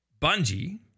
Bungie